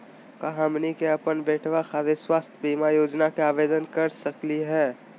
का हमनी के अपन बेटवा खातिर स्वास्थ्य बीमा योजना के आवेदन करे सकली हे?